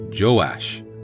Joash